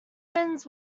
wins